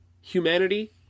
humanity